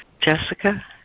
Jessica